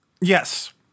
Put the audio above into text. Yes